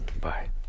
bye